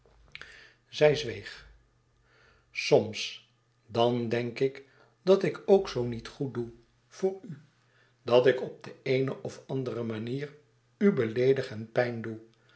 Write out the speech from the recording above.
zij zweeg soms dan denk ik dat ik ook zoo niet goed doe voor u dat ik op de eene of andere manier u beleedig en pijn doe